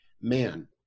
man